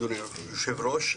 אדוני היושב-ראש,